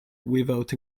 without